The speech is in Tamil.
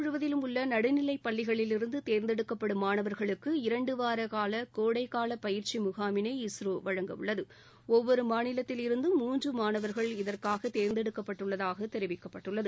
முழுவதிலும் உள்ள நடுநிலைப்பள்ளிகளிலிருந்து தேர்ந்தெடுக்கப்படும் நாடு மாணவர்களுக்கு இரண்டுவார கால கோடைகால பயிற்சி முகாமினை இஸ்ரோ வழங்கவுள்ளது ஒவ்வொரு மாநிலத்தில் இருந்தம் மூன்று மாணவர்கள் இதற்காக தேர்ந்தெடுக்கப்பட்டுள்ளதாக தெரிவிக்கப்பட்டுள்ளது